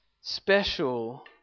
special